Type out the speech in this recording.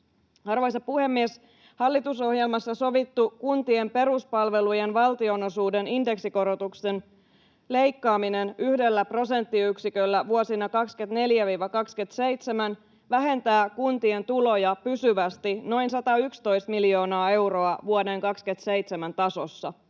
Arvoisa puhemies! Hallitusohjelmassa sovittu kuntien peruspalvelujen valtionosuuden indeksikorotuksen leikkaaminen yhdellä prosenttiyksiköllä vuosina 24—27 vähentää kuntien tuloja pysyvästi noin 111 miljoonaa euroa vuoden 27 tasossa.